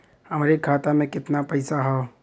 हमरे खाता में कितना पईसा हौ?